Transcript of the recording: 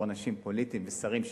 כאנשים פוליטיים ושרים,